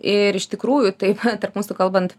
ir iš tikrųjų taip tarp mūsų kalbant